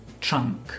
trunk